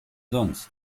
sonst